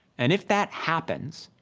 and if that happens,